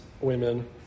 women